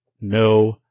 no